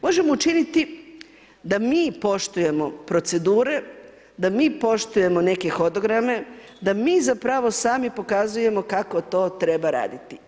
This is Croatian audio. Možemo učiniti da mi poštujemo procedure, da mi poštujemo neke hodograme, da mi zapravo sami pokazujemo kako to treba raditi.